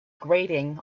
grating